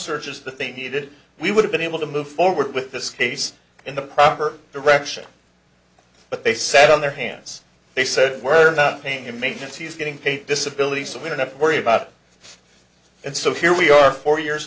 searches that they needed we would have been able to move forward with this case in the proper direction but they sat on their hands they said we're not paying him agencies getting paid disability so we don't worry about it and so here we are four years